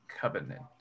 covenant